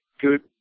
good